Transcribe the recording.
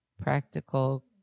Practical